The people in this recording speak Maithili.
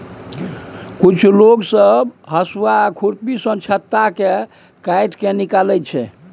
कुछ लोग सब हसुआ आ खुरपी सँ छत्ता केँ काटि केँ निकालै छै